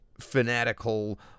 fanatical